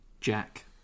Jack